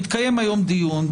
מתקיים היום דיון.